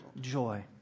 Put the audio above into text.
joy